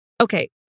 okay